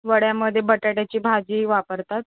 वड्यामध्ये बटाट्याची भाजी वापरतात